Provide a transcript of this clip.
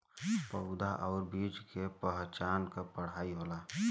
पउधा आउर बीज के पहचान क पढ़ाई होला